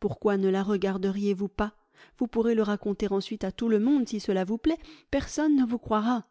pourquoi ne la regarderiez vous pas vous pourrez le raconter ensuite à tout le monde si cela vous plaît personne ne vous croira